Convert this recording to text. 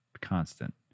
constant